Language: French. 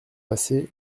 passé